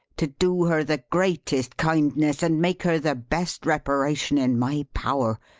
to do her the greatest kindness, and make her the best reparation, in my power.